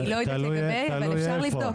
אני לא יודעת לגבי זה, אבל אפשר לבדוק.